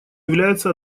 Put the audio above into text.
является